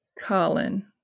Colin